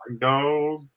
No